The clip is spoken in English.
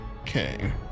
Okay